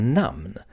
namn